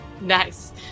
Nice